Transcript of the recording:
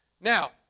Now